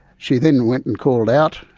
she then went and called out,